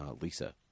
Lisa